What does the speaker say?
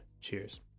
Cheers